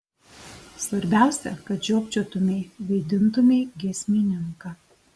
svarbiausia kad žiopčiotumei vaidintumei giesmininką